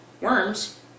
Worms